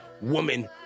woman